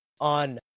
on